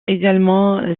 également